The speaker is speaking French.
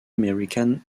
american